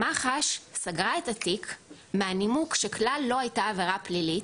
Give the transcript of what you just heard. מח"ש סגרה את התיק מהנימוק שכלל לא הייתה עבירה פלילית.